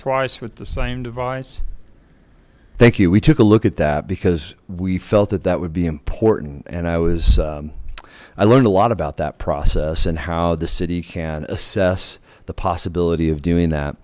twice with the same device thank you we took a look at that because we felt that that would be important and i was i learned a lot about that process and how the city can assess the possibility of doing that